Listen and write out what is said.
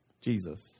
Jesus